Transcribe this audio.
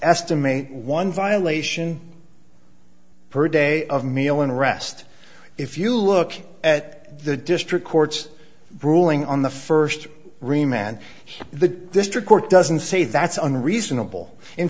estimate one violation per day of meal and rest if you look at the district court's ruling on the first remand the district court doesn't say that's unreasonable in